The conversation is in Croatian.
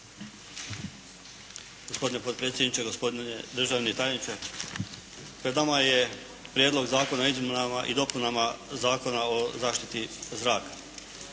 Gospodine potpredsjedniče, gospodine državni tajniče. Pred nama je Prijedlog zakona o izmjenama i dopunama Zakona o zaštiti zraka.